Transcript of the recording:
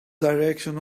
direction